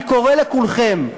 אני קורא לכולכם,